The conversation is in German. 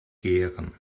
gären